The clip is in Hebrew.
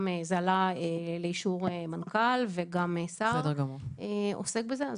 גם זה עלה לאישור מנכ"ל וגם השר עוסק בזה.